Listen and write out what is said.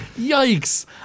Yikes